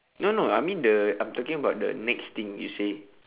no no I mean the I'm talking about the nex thing you say